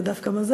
זה דווקא מזל,